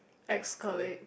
is correct